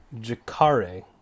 Jacare